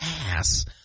ass